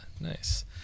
nice